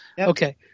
Okay